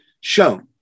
shown